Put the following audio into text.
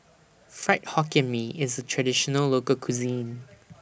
Fried Hokkien Mee IS A Traditional Local Cuisine